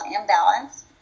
imbalance